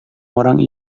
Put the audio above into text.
orang